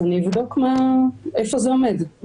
אבדוק איפה זה עומד.